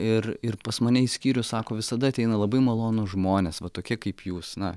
ir ir pas mane į skyrių sako visada ateina labai malonūs žmonės va tokie kaip jūs na